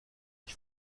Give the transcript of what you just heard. ich